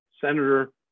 senator